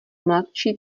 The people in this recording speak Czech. mladší